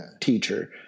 teacher